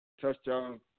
touchdown